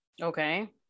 Okay